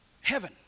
Heaven